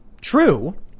true